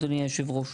אדוני יושב הראש,